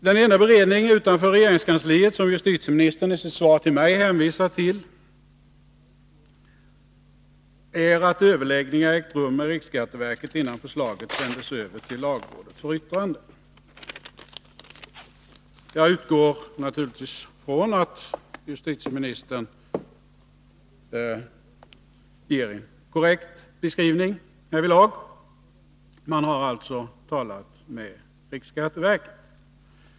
Den enda beredning utanför regeringskansliet som justitieministern i sitt svar till mig åberopar är överläggningarna med riksskatteverket innan frågan sändes över till lagrådet för yttrande. Jag utgår naturligtvis ifrån att justitieministern ger en korrekt beskrivning härvidlag — man har alltså talat med riksskatteverket.